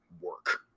work